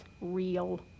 real